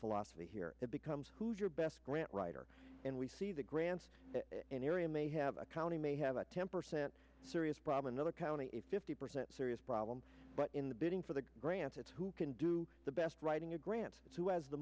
philosophy here it becomes who your best grant writer and we see the grants an area may have a county may have a temper say a serious problem the other county a fifty percent serious problem but in the bidding for the granted who can do the best writing a grant who has the